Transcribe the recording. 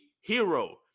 Hero